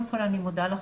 המועסקים אצלו,